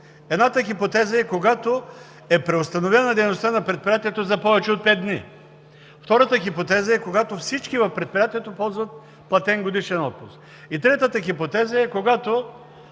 Едната хипотеза е, когато е преустановена дейността на предприятието за повече от пет дни. Втората хипотеза е, когато всички в предприятието ползват платен годишен отпуск. Третата хипотеза е, когато